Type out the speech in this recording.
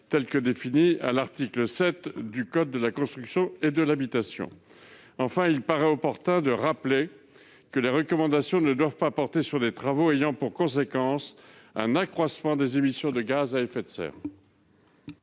au 17° de l'article L. 111-1 du code de la construction et de l'habitation. Enfin, il paraît opportun de rappeler que les recommandations ne doivent pas porter sur des travaux ayant pour conséquence un accroissement des émissions de gaz à effet de serre.